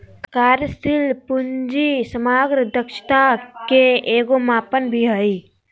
कार्यशील पूंजी समग्र दक्षता के एगो मापन भी हइ